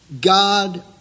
God